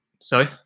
Sorry